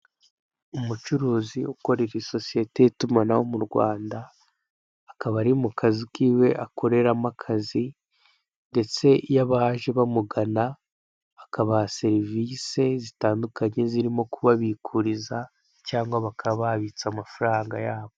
Umucuruzi ukorera isosiyete y'itumanaho mu Rwanda akaba ari mu kazu kiwe akoreramo akazi ndetse iyo abaje bamugana akabaha serivise zitandukanye zirimo kubabikuriza cyangwa bakaba babitsa amafaranga yabo.